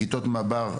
כיתות מב״ר,